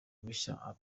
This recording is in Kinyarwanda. bushya